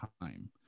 time